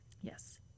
Yes